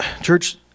church